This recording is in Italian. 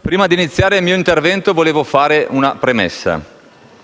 prima di iniziare il mio intervento vorrei fare una premessa.